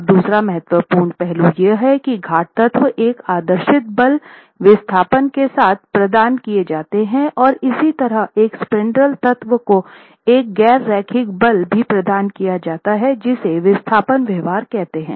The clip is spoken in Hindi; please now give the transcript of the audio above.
अब दूसरा महत्वपूर्ण पहलू यह है कि घाट तत्व एक आदर्शित बल विस्थापन के साथ प्रदान किए जाते हैं और इसी तरह एक स्पैन्ड्रेल तत्व को एक गैर रैखिक बल भी प्रदान किया जाता है जिसे विस्थापन व्यवहार कहते हैं